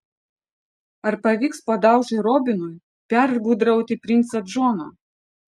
ar pavyks padaužai robinui pergudrauti princą džoną